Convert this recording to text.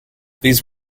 these